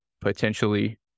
potentially